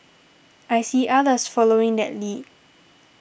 I see others following that lead